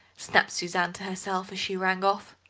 snapped suzanne to herself as she rang off.